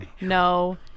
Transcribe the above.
no